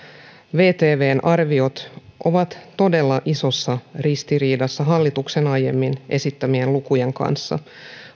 vtvn arviot ovat todella isossa ristiriidassa hallituksen aiemmin esittämien lukujen kanssa